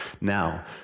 now